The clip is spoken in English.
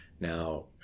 now